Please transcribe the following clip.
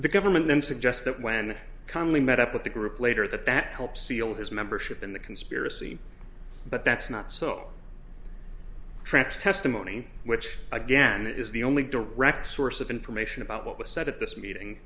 the government then suggests that when connally met up with the group later that that helps seal his membership in the conspiracy but that's not so trax testimony which again it is the only direct source of information about what was said at this meeting